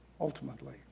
Ultimately